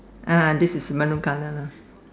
ah this is Maroon colour lah